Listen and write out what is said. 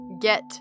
get